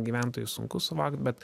gyventojui sunku suvokt bet